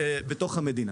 בתוך המדינה.